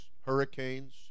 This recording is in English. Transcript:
hurricanes